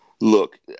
look